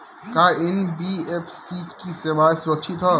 का एन.बी.एफ.सी की सेवायें सुरक्षित है?